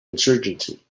insurgency